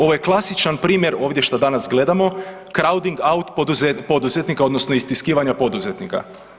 Ovo je klasičan primjer ovdje što danas gledamo, crowding out poduzetnika odnosno istiskivanja poduzetnika.